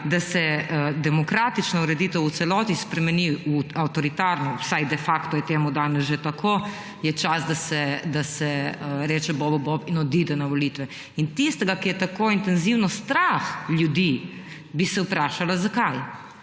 da se demokratična ureditev v celoti spremeni v avtoritarno, vsaj de facto je temu danes že tako, je čas, da se reče bobu bob in odide na volitve. In tistega, ki je tako intenzivno strah ljudi, bi se vprašala zakaj.